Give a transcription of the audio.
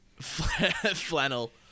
flannel